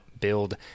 Build